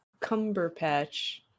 Cumberpatch